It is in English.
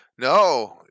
No